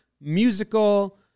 musical